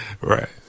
Right